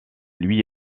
lui